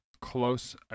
close